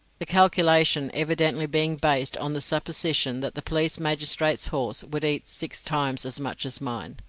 the calculation evidently being based on the supposition that the police magistrate's horse would eat six times as much as mine.